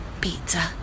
pizza